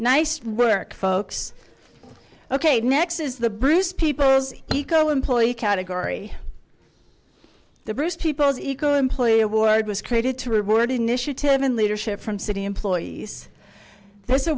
nice work folks ok next is the bruce people's eco employee category the bruce peoples equal employee award was created to reward initiative and leadership from city employees there's a